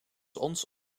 ons